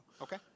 okay